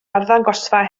arddangosfa